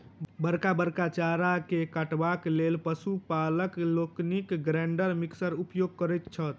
बड़का बड़का चारा के काटबाक लेल पशु पालक लोकनि ग्राइंडर मिक्सरक उपयोग करैत छथि